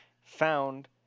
found